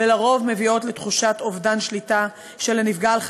ולרוב מביאות לתחושת אובדן שליטה של הנפגע על חייו,